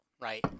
right